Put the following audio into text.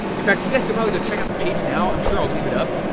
in fact you guys could probably go check out the page now, i'm sure i'll leave it up.